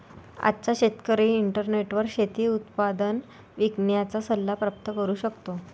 आजचा शेतकरी इंटरनेटवर शेती उत्पादन विकण्याचा सल्ला प्राप्त करू शकतो